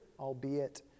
albeit